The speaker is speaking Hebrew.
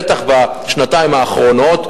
בטח בשנתיים האחרונות,